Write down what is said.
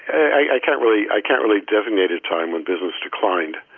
i can't really i can't really designated time when business declined.